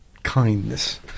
kindness